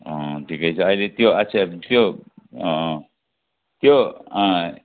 ठिकै छ अहिले त्यो आच्छा त्यो त्यो